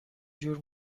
جور